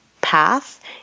path